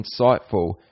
insightful